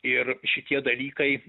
ir šitie dalykai